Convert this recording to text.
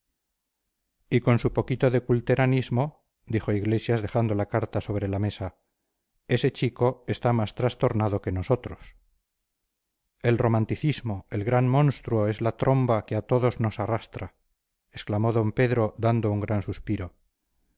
y con su poquito de culteranismo dijo iglesias dejando la carta sobre la mesa ese chico está más trastornado que nosotros el romanticismo el gran monstruo es la tromba que a todos nos arrastra exclamó d pedro dando un gran suspiro